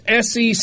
SEC